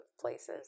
places